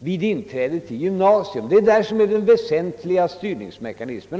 genom inträdet till gymnasierna. Det är där som den väsentliga styrningsmekanismen ligger.